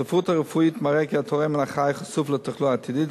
הספרות הרפואית מראה כי התורם החי חשוף לתחלואה עתידית,